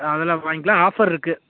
அதெல்லாம் வாய்ங்கிலாம் ஆஃபர்ருக்கு